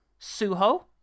Suho